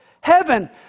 Heaven